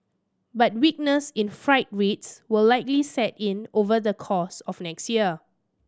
but weakness in freight rates will likely set in over the course of next year